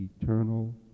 eternal